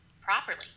properly